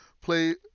play